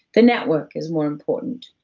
the network is more important.